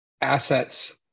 assets